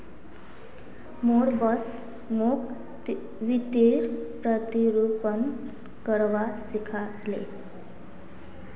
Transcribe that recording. मोर बॉस मोक वित्तीय प्रतिरूपण करवा सिखा ले